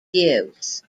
use